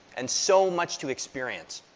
and so much to experience.